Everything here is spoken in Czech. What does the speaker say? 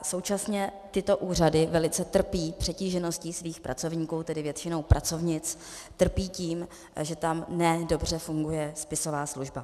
Současně tyto úřady velice trpí přetížeností svých pracovníků, tedy většinou pracovnic, trpí tím, že tam ne dobře funguje spisová služba.